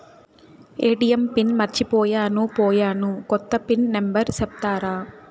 ATM pin మర్చిపోయాను పోయాను, కొత్త పిన్ నెంబర్ సెప్తారా?